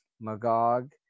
Magog